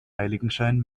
heiligenschein